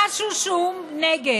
משהו שהוא נגד.